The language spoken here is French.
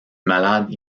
malade